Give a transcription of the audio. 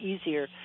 easier